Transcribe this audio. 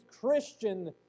Christian